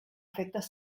efectes